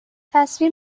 تصویر